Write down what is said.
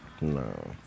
No